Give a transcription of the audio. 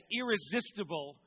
irresistible